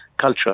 culture